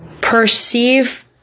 Perceive